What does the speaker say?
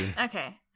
Okay